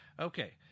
Okay